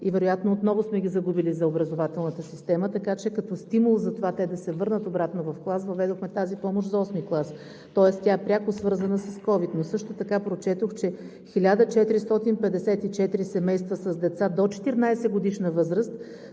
и вероятно отново сме ги загубили за образователната система. Така че като стимул за това те да се върнат обратно в клас въведохме тази помощ за VIII клас, тоест тя е пряко свързана с ковид. Но също така прочетох, че 1454 семейства с деца до 14-годишна възраст